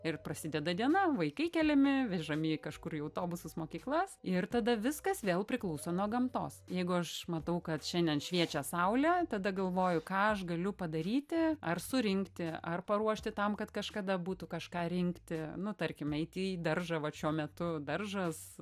ir prasideda diena vaikai keliami vežami į kažkur į autobusus mokyklas ir tada viskas vėl priklauso nuo gamtos jeigu aš matau kad šiandien šviečia saulė tada galvoju ką aš galiu padaryti ar surinkti ar paruošti tam kad kažkada būtų kažką rinkti nu tarkim eiti į daržą vat šiuo metu daržas